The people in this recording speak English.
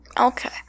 Okay